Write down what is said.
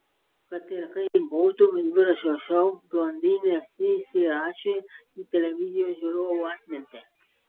kad ir kaip būtų dviračio šou blondinės įsirašė į televizijos žiūrovų atmintį